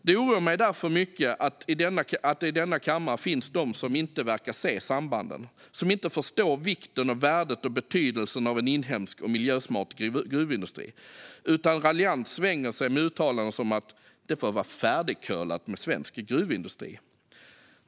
Det oroar mig därför mycket att det i denna kammare finns de som inte verkar se sambanden och som inte förstår vikten, värdet och betydelsen av en inhemsk och miljösmart gruvindustri utan raljant svänger sig med uttalanden om att "det får vara färdigcurlat med svensk gruvindustri".